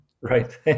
right